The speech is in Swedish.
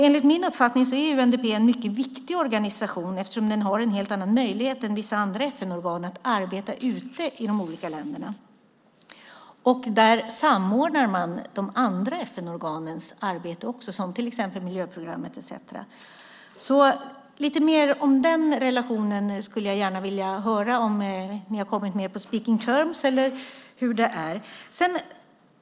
Enligt min uppfattning är UNDP en mycket viktig organisation eftersom den har en helt annan möjlighet än vissa andra FN-organ att arbeta ute i de olika länderna. Där samordnar man också de andra FN-organens arbete, till exempel miljöprogrammet. Så lite mer om den relationen skulle jag gärna vilja höra. Har ni kommit mer på speaking terms , eller hur är det?